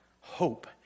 hope